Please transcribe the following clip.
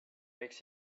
makes